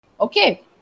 Okay